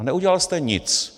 A neudělal jste nic.